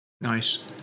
Nice